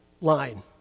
line